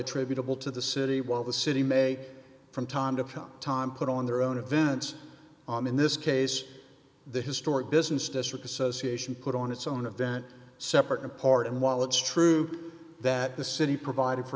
attributable to the city while the city may from time to time put on their own events on in this case the historic business district association put on its own event separate in part and while it's true that the city provided for